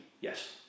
yes